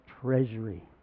treasury